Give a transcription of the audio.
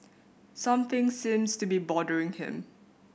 something seems to be bothering him